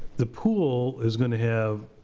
the pool is gonna have,